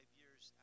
years